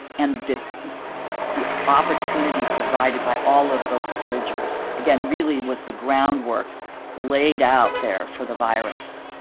and the the opportunity provided by all of those soldiers, again, really was the groundwork laid out there for the virus